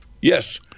Yes